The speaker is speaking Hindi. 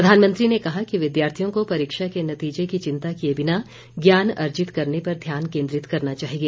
प्रधानमंत्री ने कहा कि विद्यार्थियों को परीक्षा के नतीजे की चिंता किये बिना ज्ञान अर्जित करने पर ध्यान केन्द्रित करना चाहिए